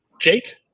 Jake